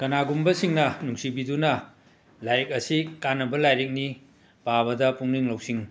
ꯀꯅꯥꯒꯨꯝꯕꯁꯤꯡꯅ ꯅꯨꯡꯁꯤꯕꯤꯗꯨꯅ ꯂꯥꯏꯔꯤꯛ ꯑꯁꯤ ꯀꯥꯟꯅꯕ ꯂꯥꯏꯔꯤꯛꯅꯤ ꯄꯥꯕꯗ ꯄꯨꯛꯅꯤꯡ ꯂꯧꯁꯤꯡ